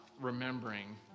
remembering